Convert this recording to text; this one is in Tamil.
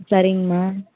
சரிங்கம்மா